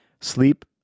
Sleep